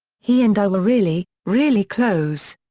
he and i were really, really close.